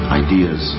ideas